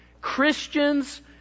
Christians